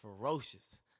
ferocious